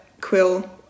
Quill